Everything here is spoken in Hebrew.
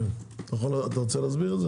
מי רוצה להסביר?